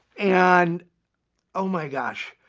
and oh my gosh.